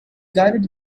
guided